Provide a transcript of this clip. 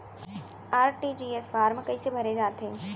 RTGS form कइसे भरे जाथे?